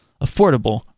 affordable